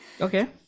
okay